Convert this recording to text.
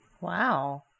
Wow